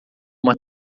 uma